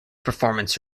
performance